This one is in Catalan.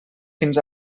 fins